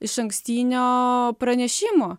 išankstinio pranešimo